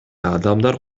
адамдар